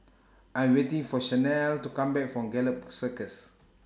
I'm waiting For Shanell to Come Back from Gallop Circus